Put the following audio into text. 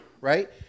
right